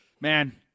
man